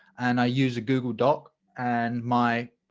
and i use a google doc and my,